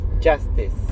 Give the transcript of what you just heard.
justice